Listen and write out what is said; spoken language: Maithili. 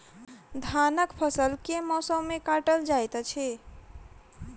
धानक फसल केँ मौसम मे काटल जाइत अछि?